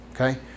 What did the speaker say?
Okay